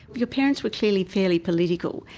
but your parents were clearly fairly political.